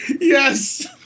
yes